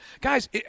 guys